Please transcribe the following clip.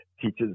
teaches